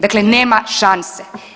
Dakle nema šanse.